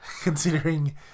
considering